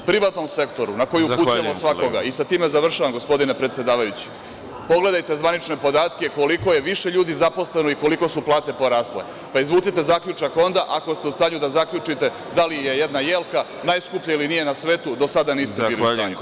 U privatnom sektoru na koji upućujemo svakoga i sa tim završavam, gospodine predsedavajući, pogledajte zvanične podatke koliko je više ljudi zaposleno i koliko su plate porasle, pa izvucite zaključak tek onda ako ste u stanju da zaključite da li je jedna jelka najskuplja ili nije na svetu, do sada niste bili u stanju.